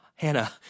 Hannah